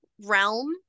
realm